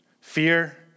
fear